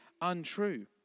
untrue